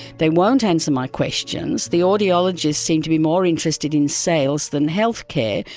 they won't answer my questions. the audiologist seemed to be more interested in sales than healthcare,